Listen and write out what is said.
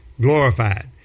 glorified